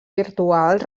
virtuals